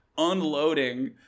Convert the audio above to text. Unloading